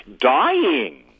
dying